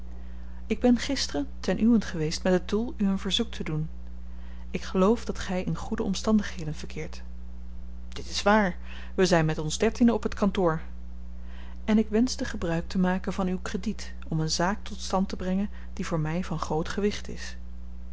ik ben gisteren ten uwent geweest met het doel u een verzoek te doen ik geloof dat gy in goede omstandigheden verkeert dit is waar we zyn met ons dertienen op t kantoor en ik wenschte gebruik te maken van uw krediet om een zaak tot stand te brengen die voor my van groot gewicht is